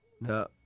No